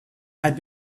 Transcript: had